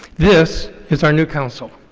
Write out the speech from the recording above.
this is our new council.